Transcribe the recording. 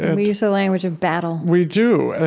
and we use the language of battle we do. and